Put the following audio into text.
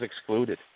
excluded